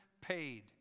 paid